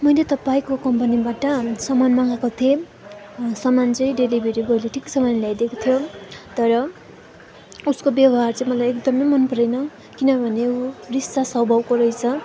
मैले तपाईँको कम्पनीबाट सामान मगाएको थिएँ सामान चाहिँ डेलिभरी बोइले ठिक समयमा ल्याइदिएको थियो तर उसको व्यवहार चाहिँ मलाई एकदमै मनपरेन किनभने ऊ रिसाहा स्वभावको रहेछ